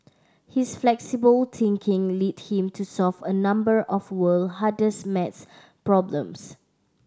his flexible thinking lead him to solve a number of world hardest maths problems